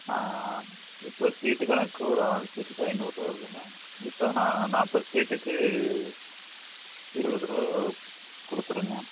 இப்போ சீட்டு கணக்குக்கு ஒரு ஆள் சீட்டுக்கு ஐநூறுரூவா வருதுன்னால் இப்போ நா நாற்பது சீட்டுக்கு இருபது ரூபா கொடுத்துடுங்க